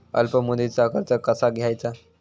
अल्प मुदतीचा कर्ज कसा घ्यायचा?